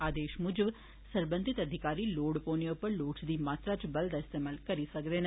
आदेश मूजब सरबंघत अधिकारी लोड पौने उप्पर लोड़चदी मात्रा च बल दा इस्तेमाल करी सकदे न